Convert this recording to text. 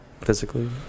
Physically